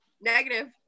negative